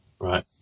Right